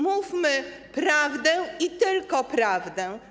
Mówmy prawdę i tylko prawdę.